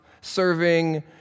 serving